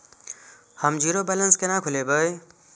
हम zero balance केना खोलैब?